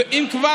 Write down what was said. ואם כבר,